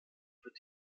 wird